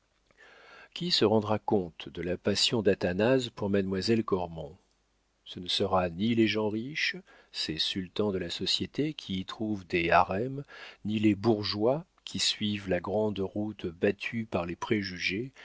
qui se rendra compte de la passion d'athanase pour mademoiselle cormon ce ne sera ni les gens riches ces sultans de la société qui y trouvent des harems ni les bourgeois qui suivent la grande route battue par les préjugés